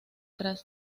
tras